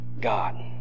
God